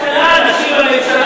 באה הממשלה, אני כבר לא מדבר על זה.